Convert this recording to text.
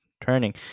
Turning